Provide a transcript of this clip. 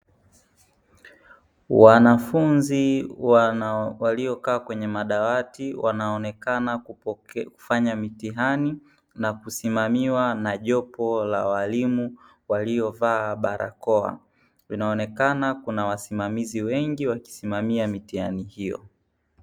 Wanafunzi waliokaa kwenye madawati wanaonekana kufanya mitihani, na kusimamiwa na jopo la walimu waliovaa barakoa. Inaonekana kuna wasimamizi wengi wakisimamia mitihani hiyo.